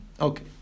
Okay